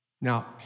Now